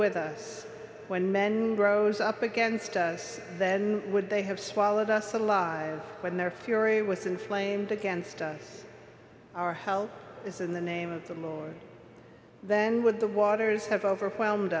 with us when men and rose up against us then would they have swallowed us alive when their fury was inflamed against us our hell is in the name of the more than with the waters have overwhelmed